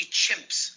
chimps